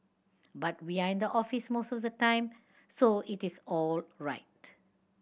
but we are in the office most of the time so it is all right